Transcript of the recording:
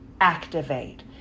activate